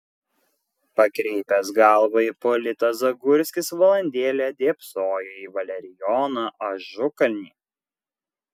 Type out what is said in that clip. pakreipęs galvą ipolitas zagurskis valandėlę dėbsojo į valerijoną ažukalnį